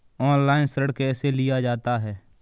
Online ऋण कैसे लिया जाता है?